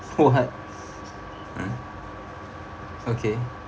what mm okay